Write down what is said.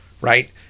Right